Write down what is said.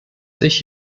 sich